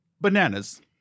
Bananas